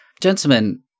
Gentlemen